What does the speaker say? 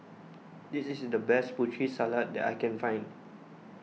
this is the best Putri Salad that I can find